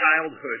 childhood